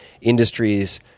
industries